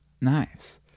Nice